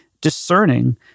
discerning